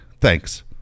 thanks